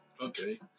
okay